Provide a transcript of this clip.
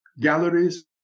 galleries